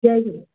Jay Jhulelal